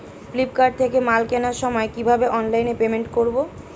Flipkart থেকে মাল কেনার সময় কিভাবে অনলাইনে পেমেন্ট করব?